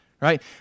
right